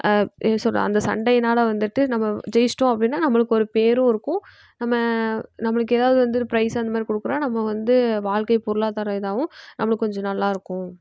என்ன சொல்கிறது அந்த சண்டையினால் வந்துட்டு நம்ம ஜெயிச்சிட்டோம் அப்படின்னா நம்மளுக்கு ஒரு பேர் இருக்கும் நம்ம நம்மளுக்கு ஏதாவது வந்து பிரைஸ் அந்த மாதிரி கொடுக்குறோம் நம்ம வந்து வாழ்க்கை பொருளாதாரம் இதாகவும் நம்மளுக்கு கொஞ்சம் நல்லாயிருக்கும்